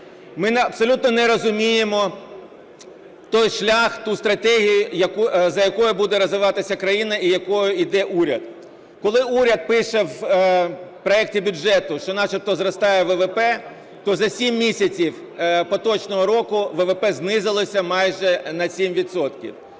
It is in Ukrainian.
Ми абсолютно не розуміємо той шлях, ту стратегію, за якої буде розвиватися країна і якою іде уряд. Коли уряд пише в проекті бюджету, що начебто зростає ВВП, то за 7 місяців поточного року ВВП знизилося майже на 7